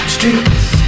Streets